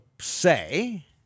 say